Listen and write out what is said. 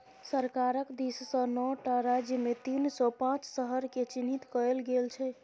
सरकारक दिससँ नौ टा राज्यमे तीन सौ पांच शहरकेँ चिह्नित कएल गेल छै